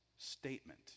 statement